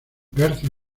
garza